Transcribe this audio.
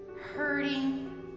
hurting